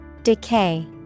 Decay